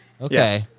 Okay